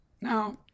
Now